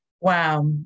Wow